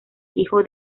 hijo